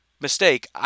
mistake